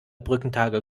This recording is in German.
brückentage